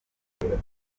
uturere